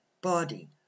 Body